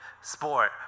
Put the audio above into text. sport